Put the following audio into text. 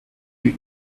you